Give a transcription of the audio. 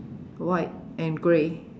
white and grey